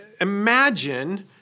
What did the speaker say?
Imagine